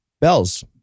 Bells